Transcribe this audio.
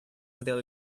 until